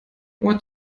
what